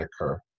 occur